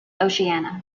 oceania